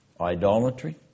idolatry